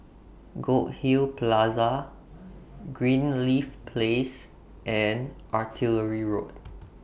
Goldhill Plaza Greenleaf Place and Artillery Road